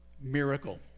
miracle